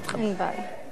אין בעיה.